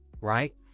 Right